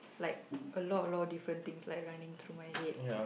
like a lot a lot of different things like running through my head